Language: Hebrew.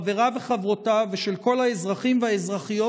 חבריו וחברותיו ושל כל האזרחים והאזרחיות